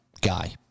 guy